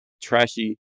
trashy